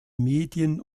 medien